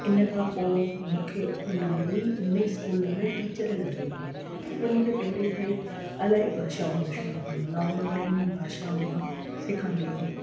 इन खां पोइ मूंखे उन में ई उन ई स्कूल में टीचर लाइ जॉब मिली पर मूंखे पहिले खां ई इलाही भाषाउनि जो शौक़ु नओं नओं नईं नईं भाषाऊं मां सिखणु नईं नईं